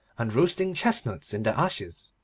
and roasting chestnuts in the ashes,